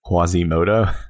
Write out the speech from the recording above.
Quasimodo